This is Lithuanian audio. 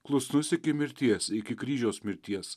klusnus iki mirties iki kryžiaus mirties